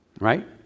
right